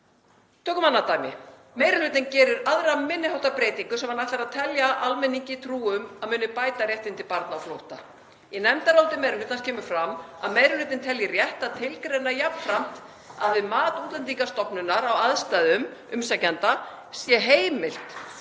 Tökum annað dæmi. Meiri hlutinn gerir aðra minni háttar breytingu sem hann ætlar að telja almenningi trú um að muni bæta réttindi barna á flótta. Í nefndaráliti meiri hlutans kemur fram að meiri hlutinn telji rétt að tilgreina jafnframt að við mat Útlendingastofnunar á aðstæðum umsækjanda sé heimilt